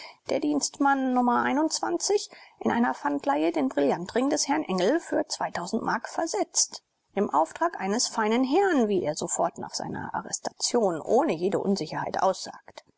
der dienstmann nr in einer pfandleihe den brillantring des herrn engel für mark versetzt im auftrag eines feinen herrn wie er sofort nach seiner arrestation ohne jede unsicherheit aussagt